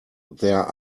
there